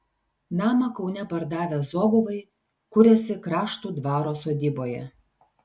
namą kaune pardavę zobovai kuriasi kraštų dvaro sodyboje